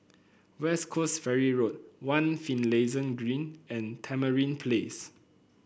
West Coast Ferry Road One Finlayson Green and Tamarind Place